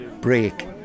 break